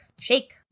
shake